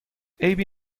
عیبی